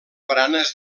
baranes